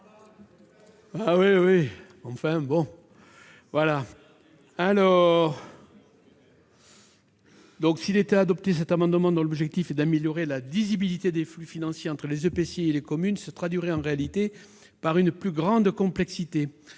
de l'Île-de-France ! C'est sûr ! S'il était adopté, cet amendement, dont l'objectif est d'améliorer la visibilité des flux financiers entre les EPCI et les communes, se traduirait en réalité par une plus grande complexité,